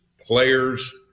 players